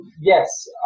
Yes